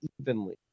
evenly